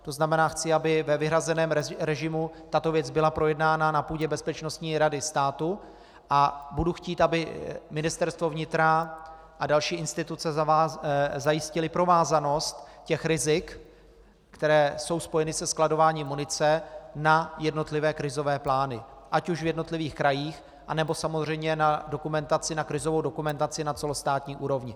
To znamená, chci, aby ve vyhrazeném režimu tato věc byla projednána na půdě Bezpečnostní rady státu, a budu chtít, aby Ministerstvo vnitra a další instituce zajistily provázanost rizik, která jsou spojena se skladováním munice, na jednotlivé krizové plány, ať už v jednotlivých krajích, nebo samozřejmě na krizovou dokumentaci na celostátní úrovni.